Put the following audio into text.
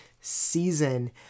season